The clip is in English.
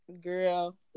Girl